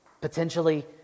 potentially